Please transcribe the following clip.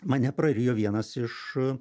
mane prarijo vienas iš